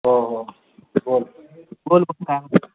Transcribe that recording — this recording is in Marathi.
हो हो बोल बोल